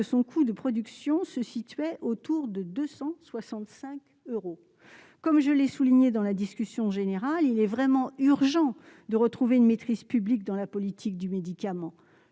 que son coût de production se situait autour de 265 euros, comme je l'ai souligné dans la discussion générale, il est vraiment urgent de retrouver une maîtrise publique dans la politique du médicament,